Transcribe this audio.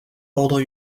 ordre